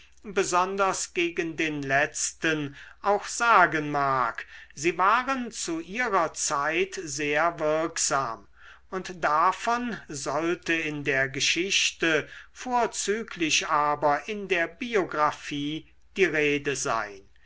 besonders gegen den letzten auch sagen mag sie waren zu ihrer zeit sehr wirksam und davon sollte in der geschichte vorzüglich aber in der biographie die rede sein